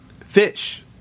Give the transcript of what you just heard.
Fish